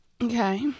okay